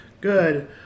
Good